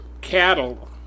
cattle